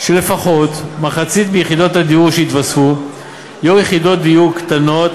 שלפחות מחצית מיחידות הדיור שיתווספו יהיו יחידות דיור קטנות,